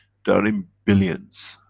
they are in billions.